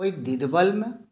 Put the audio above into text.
ओहि दिदवलमे